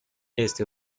este